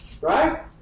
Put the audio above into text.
right